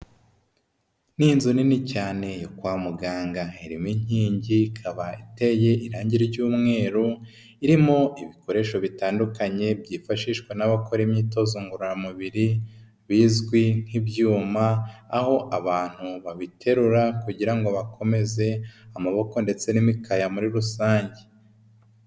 Ni inzu nini cyane kwa muganga haririmo inkingi ikaba iteye irangi ry'umweru irimo ibikoresho bitandukanye byifashishwa n'abakora imyitozo ngororamubiri bizwi nk'ibyuma aho abantu babiterura kugira ngo bakomeze amaboko ndetse n'imikaya muri rusange.